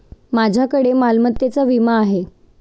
माझ्याकडे मालमत्तेचा विमा आहे